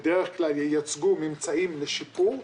בדרך כלל ייצגו ממצאים לשיפור.